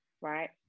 right